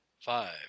five